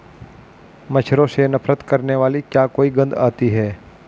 मच्छरों से नफरत करने वाली क्या कोई गंध आती है?